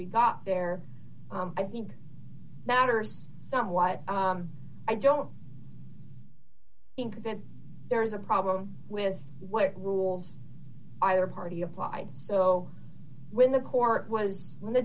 we got there i think matters somewhat i don't think that there is a problem with what rules either party applied so when the court was in the